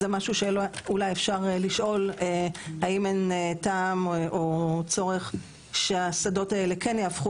זה משהו שאולי אפשר לשאול האם אין טעם או צורך שהשדות האלה כן יהפכו